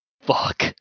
Fuck